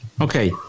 Okay